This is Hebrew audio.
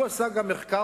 הוא עשה גם מחקר,